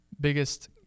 biggest